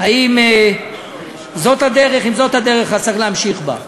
אם זאת הדרך, ואם זאת הדרך אז צריך להמשיך בה.